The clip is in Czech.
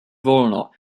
volno